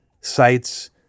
sites